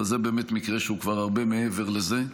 אבל זה באמת מקרה שהוא כבר הרבה מעבר לזה.